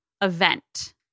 event